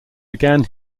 began